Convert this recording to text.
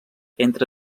entre